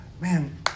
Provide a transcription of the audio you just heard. Man